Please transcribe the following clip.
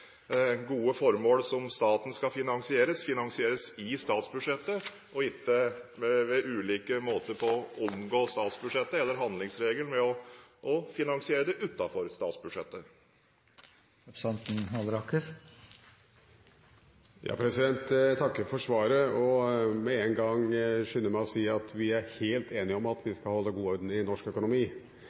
gode formål som staten skal finansiere, finansieres gjennom statsbudsjettet og ikke ved ulike måter å omgå handlingsregelen på ved å finansiere det utenfor statsbudsjettet. Jeg takker for svaret og vil med en gang skynde meg å si at vi er helt enige om at vi skal holde god orden i norsk økonomi.